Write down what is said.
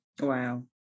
Wow